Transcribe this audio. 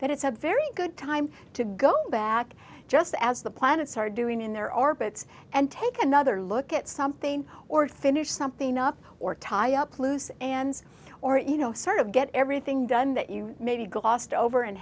that it's a very good time to go back just as the planets are doing in their orbits and take another look at something or finish something up or tie up loose and or even sort of get everything done that you maybe glossed over and